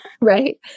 Right